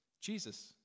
Jesus